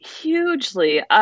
hugely